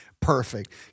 perfect